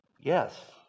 yes